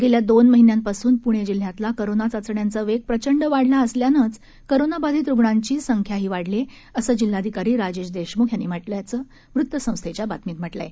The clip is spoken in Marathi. गेल्या दोन महिन्यांपासून प्णे जिल्ह्यातला कोरोना चाचण्यांचा वेग प्रचंड वाढला असल्यानंच कोरोनाबाधित रुग्णांची संख्याही वाढली आहे असं जिल्हाधिकारी राजेश देशम्ख यांनी म्हटलं असल्याचं वृत्तसंस्थेच्या बातमीत म्हटलं आहे